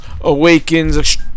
Awakens